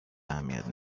اهمیت